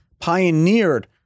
pioneered